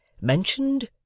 mentioned